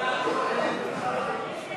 לשנת התקציב